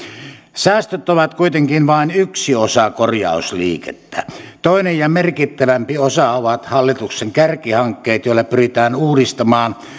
säästöt ovat kuitenkin vain yksi osa korjausliikettä toinen ja merkittävämpi osa ovat hallituksen kärkihankkeet joilla pyritään uudistamaan